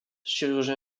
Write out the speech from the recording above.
chirurgien